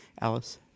Alice